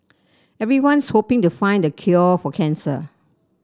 everyone's hoping to find the cure for cancer